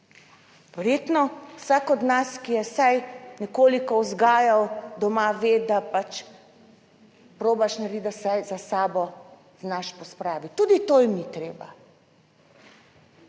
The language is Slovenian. Verjetno vsak od nas, ki je vsaj nekoliko vzgajal doma ve, da probaš narediti, da vsaj za sabo znaš pospraviti. Tudi to jim ni treba.